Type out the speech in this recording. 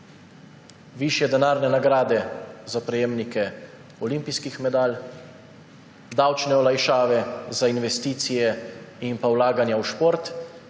Višje denarne nagrade za prejemnike olimpijskih medalj, davčne olajšave za investicije in vlaganja v šport